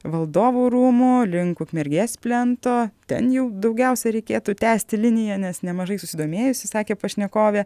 valdovų rūmų link ukmergės plento ten jau daugiausia reikėtų tęsti liniją nes nemažai susidomėjusių sakė pašnekovė